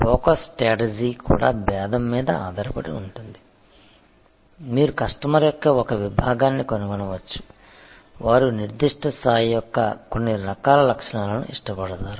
focus strategy కూడా భేదం మీద ఆధారపడి ఉంటుంది మీరు కస్టమర్ యొక్క ఒక విభాగాన్ని కనుగొనవచ్చు వారు నిర్దిష్ట స్థాయి యొక్క కొన్ని రకాల లక్షణాలను ఇష్టపడతారు